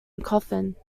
coffin